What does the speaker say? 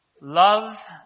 love